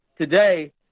Today